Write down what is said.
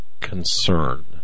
concern